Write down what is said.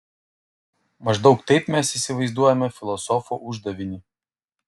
maždaug taip mes įsivaizduojame filosofo uždavinį